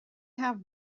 have